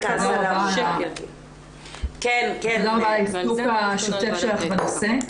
ותודה רבה על העיסוק השוטף שלך בנושא.